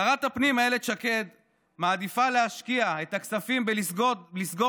שרת הפנים אילת שקד מעדיפה להשקיע את הכספים בלסגור